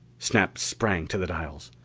snap sprang to the dials.